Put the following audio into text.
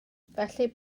felly